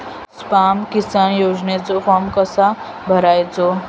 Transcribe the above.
स्माम किसान योजनेचो फॉर्म कसो भरायचो?